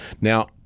Now